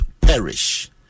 perish